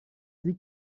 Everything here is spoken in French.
dit